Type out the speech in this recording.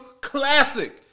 classic